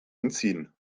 entziehen